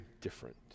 different